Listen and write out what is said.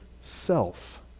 self